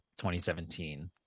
2017